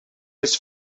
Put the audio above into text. his